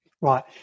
Right